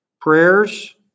prayers